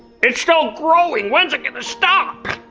it's still growing. when's it gonna stop?